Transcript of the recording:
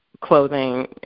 clothing